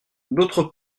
d’autre